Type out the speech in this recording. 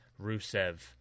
Rusev